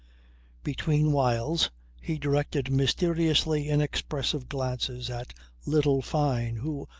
between whiles he directed mysteriously inexpressive glances at little fyne, who,